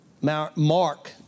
Mark